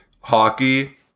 hockey